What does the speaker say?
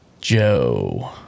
Joe